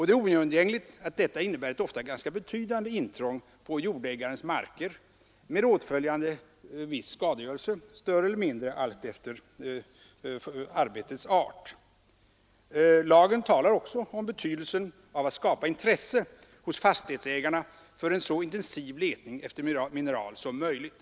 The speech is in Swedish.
Det är oundgängligt att detta innebär ett ofta ganska betydande intrång på jordägarens marker, med åtföljande viss skadegörelse, större eller mindre alltefter arbetets art. Lagen talar också om betydelsen av att skapa intresse hos fastighetsägarna för en så intensiv letning efter mineral som möjligt.